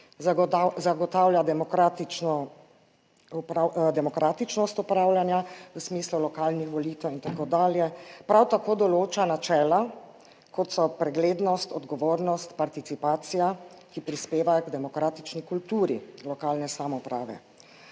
demokratično demokratičnost upravljanja v smislu lokalnih volitev in tako dalje. Prav tako določa načela kot so preglednost, odgovornost, participacija, ki prispevajo k demokratični kulturi lokalne samouprave.